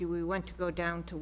do we want to go down to